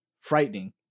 frightening